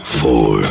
four